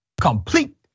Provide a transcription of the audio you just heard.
complete